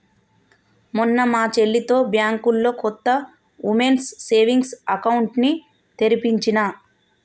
మొన్న మా చెల్లితో బ్యాంకులో కొత్త వుమెన్స్ సేవింగ్స్ అకౌంట్ ని తెరిపించినా